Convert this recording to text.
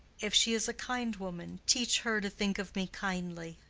if she is a kind woman, teach her to think of me kindly.